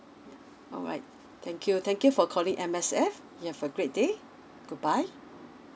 alright thank you thank you for calling M_S_F you have a great day goodbye